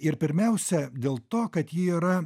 ir pirmiausia dėl to kad ji yra